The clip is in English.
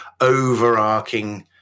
overarching